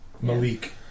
Malik